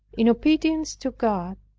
in obedience to god,